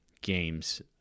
games